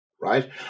right